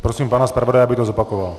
Prosím pana zpravodaje, aby to zopakoval.